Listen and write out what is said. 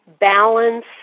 balance